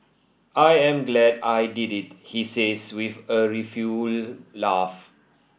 I am glad I did it he says with a rueful laugh